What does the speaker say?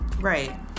right